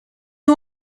you